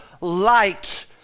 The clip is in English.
light